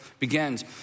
begins